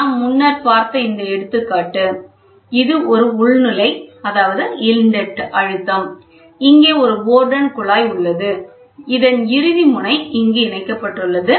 நாம் முன்னர் பார்த்த இந்த எடுத்துக்காட்டு இது ஒரு உள்நுழை அழுத்தம் இங்கே ஒரு போர்டன் குழாய் உள்ளது இதன் இறுதி முனை இங்கு இணைக்கப்பட்டுள்ளது